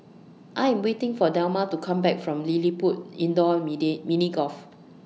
I Am waiting For Delma to Come Back from LilliPutt Indoor Mini Golf